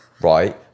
Right